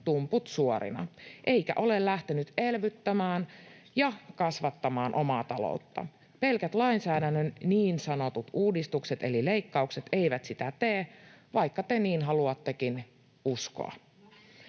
tumput suorina eikä ole lähtenyt elvyttämään ja kasvattamaan omaa taloutta. Pelkät lainsäädännön niin sanotut uudistukset eli leikkaukset eivät sitä tee, vaikka te niin haluattekin uskoa.